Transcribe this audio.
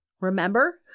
remember